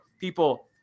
people